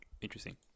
Interesting